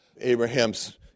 Abraham's